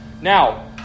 Now